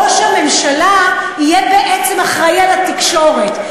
ראש הממשלה יהיה בעצם אחראי לתקשורת.